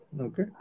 Okay